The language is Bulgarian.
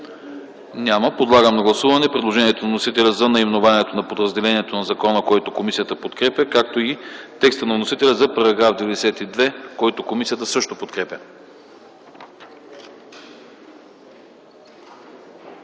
няма. Подлагам на гласуване предложението на вносителя за наименованието на подразделението на закона, което комисията подкрепя, както и текста на вносителя за § 92, който комисията също подкрепя.